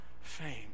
fame